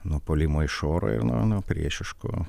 nuo puolimo iš oro ir nuo nuo priešiškų